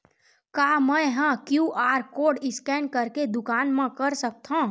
का मैं ह क्यू.आर कोड स्कैन करके दुकान मा कर सकथव?